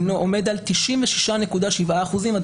המספר עומד על 96.7 אחוזים.